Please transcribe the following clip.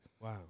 Wow